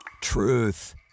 truth